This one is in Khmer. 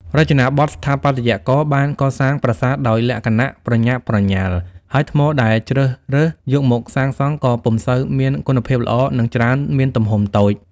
រចនាបថ ស្ថាបត្យករបានកសាងប្រាសាទដោយលក្ខណៈប្រញាប់ប្រញាល់ ហើយថ្មដែលជ្រើសរើសយកមកសាងសង់ក៏ពុំសូវមានគុណភាពល្អ និងច្រើន មានទំហំតូច។